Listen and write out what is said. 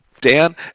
Dan